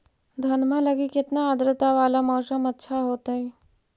धनमा लगी केतना आद्रता वाला मौसम अच्छा होतई?